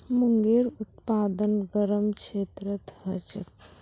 मूंगेर उत्पादन गरम क्षेत्रत ह छेक